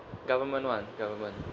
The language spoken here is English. government [one] government